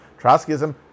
Trotskyism